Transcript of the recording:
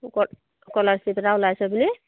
ক স্কলাৰশ্বিপ এটা ওলাইছে বুলি